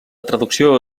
traducció